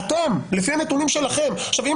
אדם היה מקריית גת "שאין בה לא צווחה ולא